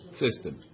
system